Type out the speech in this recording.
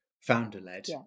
founder-led